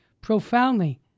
profoundly